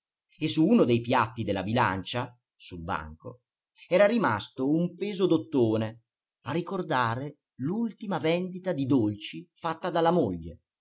e su uno dei piatti della bilancia sul banco era rimasto un peso d'ottone a ricordare l'ultima vendita di dolci fatta dalla moglie